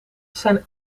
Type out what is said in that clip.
zijn